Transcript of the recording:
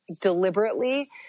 deliberately